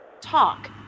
talk